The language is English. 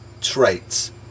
traits